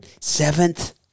seventh